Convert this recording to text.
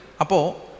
Apo